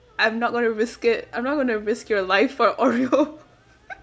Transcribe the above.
I'm not going to risk it I'm not going to risk your life for oreo